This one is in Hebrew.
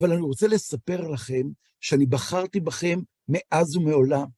אבל אני רוצה לספר לכם שאני בחרתי בכם מאז ומעולם.